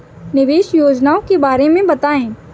निवेश योजनाओं के बारे में बताएँ?